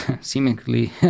seemingly